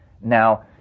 Now